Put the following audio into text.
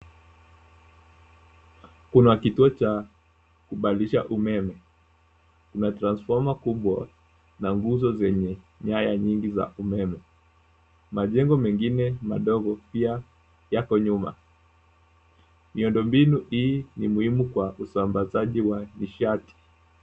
Kuna kituo cha kubadilisha umeme, kuna transformer kubwa, na nguzo zenye nyaya nyingi za umeme. Majengo mengine madogo, pia yako nyuma, miundo mbinu hii, ni muhimu kwa usambazaji wa nishati.